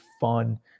fun